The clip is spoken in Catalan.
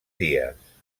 dies